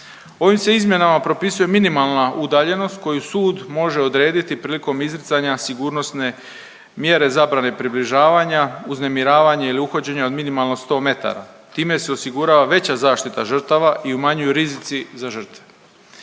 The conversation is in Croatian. Ovim se izmjenama propisuje minimalna udaljenost koju sud može odrediti prilikom izricanja sigurnosne mjere zabrane približavanja, uznemiravanja ili uhođenja od minimalno 100 metara. Time se osigurava veća zaštita žrtava i umanjuju rizici za žrtve.